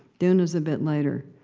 dune was a bit later.